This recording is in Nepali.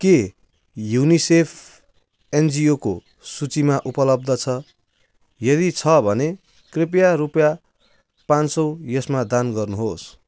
के युनिसेफ एनजिओको सूचीमा उपलब्ध छ यदि छ भने कृपया रुपियाँ पाँच सय यसमा दान गर्नुहोस्